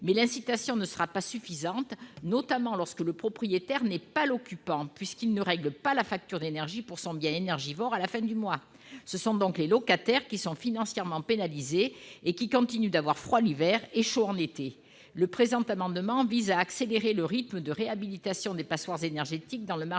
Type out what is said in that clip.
Mais l'incitation ne sera pas suffisante, notamment lorsque le propriétaire n'est pas l'occupant, puisqu'il ne règle pas la facture d'énergie pour son bien énergivore à la fin du mois. Ce sont donc les locataires qui sont financièrement pénalisés et qui continuent d'avoir froid l'hiver et chaud l'été. Le présent amendement vise à accélérer le rythme de réhabilitation des passoires énergétiques dans le marché locatif,